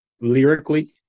lyrically